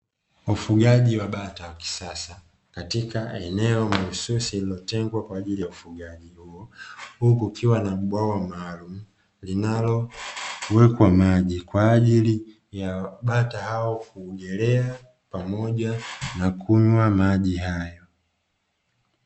Ufugaji wa bata wa kisasa katika eneo mahususi, lililotengwa kwa ajili ya ufugaji huo, huku kukiwa na bwawa maalumu linalowekwa maji kwa ajili ya bata hao kuogelea pamoja na kunywa maji hayo.